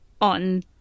on